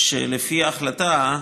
לפי ההחלטה,